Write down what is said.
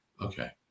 okay